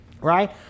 right